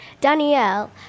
Danielle